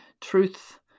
truth